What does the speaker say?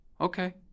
Okay